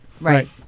Right